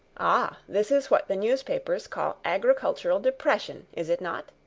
ah! this is what the newspapers call agricultural depression, is it not?